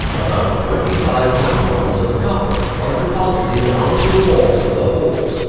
about twenty five microns of copper are deposited onto the walls of the holes.